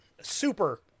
Super